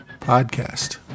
podcast